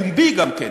פומבי גם כן,